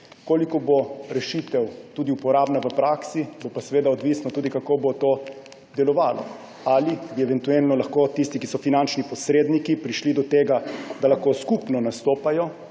Koliko bo rešitev uporabna v praksi, bo pa seveda odvisno tudi [od tega], kako bo to delovalo. Ali bi eventualno lahko tisti, ki so finančni posredniki, prišli do tega, da lahko skupno nastopajo